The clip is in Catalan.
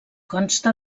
consta